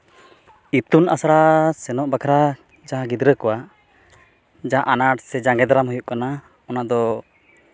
ᱤᱛᱩᱱ ᱟᱥᱲᱟ ᱥᱮᱱᱚᱜ ᱵᱟᱠᱷᱨᱟ ᱡᱟᱦᱟᱸ ᱜᱤᱫᱽᱨᱟᱹ ᱠᱚᱣᱟᱜ ᱡᱟᱦᱟᱱ ᱟᱱᱟᱴ ᱥᱮ ᱡᱟᱸᱜᱮ ᱫᱟᱨᱟᱢ ᱦᱩᱭᱩᱜ ᱠᱟᱱᱟ ᱚᱱᱟᱫᱚ